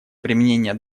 применения